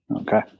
Okay